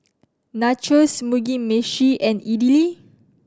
Nachos Mugi Meshi and Idili